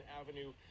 avenue